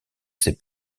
ses